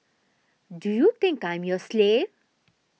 do you think I'm your slave